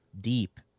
deep